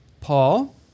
Paul